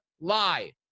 lie